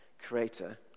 creator